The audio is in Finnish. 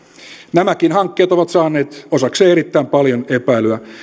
nämäkin hankkeet ovat saaneet osakseen erittäin paljon epäilyä